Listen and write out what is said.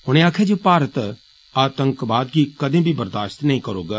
उनें आक्खेआ जे भारत आतंकवाद गी कदें बी बर्दाष्त नेंई करुग